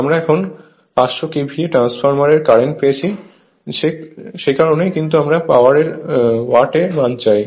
আমরা এখন 500 KVA transformer এর কারেন্ট পেয়েছি সে কারণেই কিন্তু আমরা পাওয়ার এর ওয়াট এ মান চাই